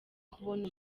kubona